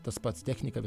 tas pats technika